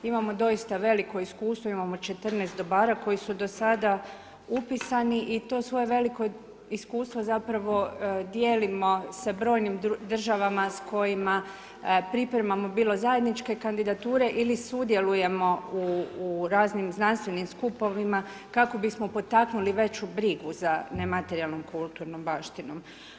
Imamo doista veliko iskustvo, imamo 14 dobara, koji su do sada upisani i to svoje veliko iskustvo zapravo dijelimo sa brojnim državama s kojima pripremamo bilo zajedničke kandidature ili sudjelujemo u raznim znanstvenim skupovima, kako bismo potaknuli veću brigu za nematerijalnom kulturnu baštinu.